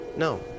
No